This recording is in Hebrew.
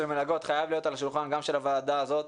המלגות חייב להיות על השולחן גם של הוועדה הזאת,